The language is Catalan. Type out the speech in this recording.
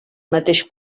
mateix